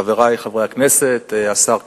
חברי חברי הכנסת, השר כחלון,